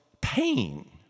pain